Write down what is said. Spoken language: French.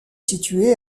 situé